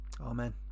Amen